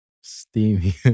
steamy